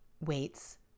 Weights